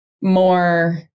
more